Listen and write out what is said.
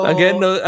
Again